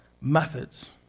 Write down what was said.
methods